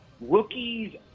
rookies